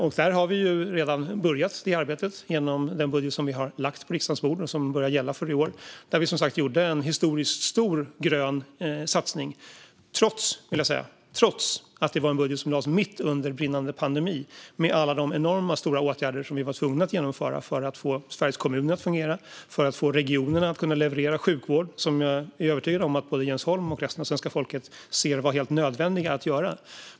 Det här arbetet har vi redan påbörjat genom den budget som vi lagt på riksdagens bord och som börjar gälla i år, där vi som sagt gjorde en historiskt stor grön satsning - trots, vill jag säga, att det var en budget som lades mitt under brinnande pandemi med alla de enorma åtgärder som vi var tvungna att genomföra för att få Sveriges kommuner att fungera och för att få regionerna att kunna leverera sjukvård. Jag är övertygad om att Jens Holm och resten av svenska folket ser att de åtgärderna var helt nödvändiga att genomföra.